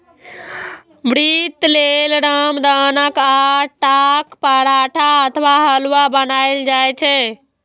व्रती लेल रामदानाक आटाक पराठा अथवा हलुआ बनाएल जाइ छै